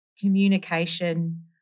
communication